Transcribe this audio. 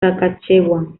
saskatchewan